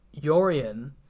yorian